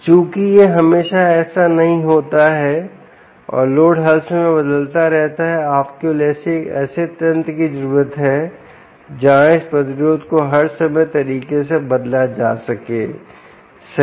चूंकि यह हमेशा ऐसा नहीं होता है और लोड हर समय बदलता रहता है आप केवल एक ऐसे तंत्र की जरूरत है जहां इस प्रतिरोध को हर समय तरीके से बदला जा सके सही